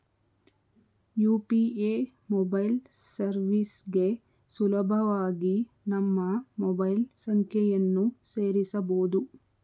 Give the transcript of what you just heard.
UPA mobile ಸರ್ವಿಸ್ಗೆ ಸುಲಭವಾಗಿ ನಮ್ಮ ಮೊಬೈಲ್ ಸಂಖ್ಯೆಯನ್ನು ಸೇರಸಬೊದು